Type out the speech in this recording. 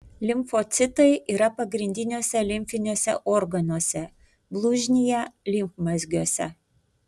limfocitai yra pagrindiniuose limfiniuose organuose blužnyje limfmazgiuose